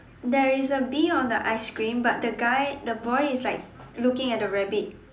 there is a bee on the ice cream but the guy the boy is like looking at the rabbit